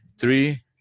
Three